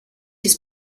his